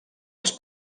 als